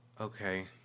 Okay